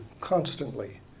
constantly